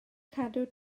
cadw